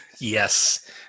Yes